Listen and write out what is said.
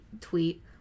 tweet